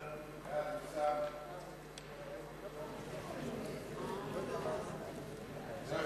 ההצעה להעביר את הצעת חוק לעידוד מחקר ופיתוח בתעשייה (תיקון,